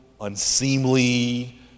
unseemly